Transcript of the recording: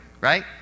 right